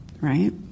right